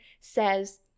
says